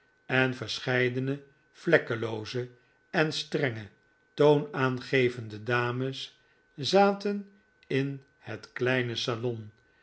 en verscheidene vlekkelooze en strenge toonaangevende dames zaten in het kleine salon